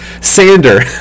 Sander